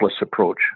approach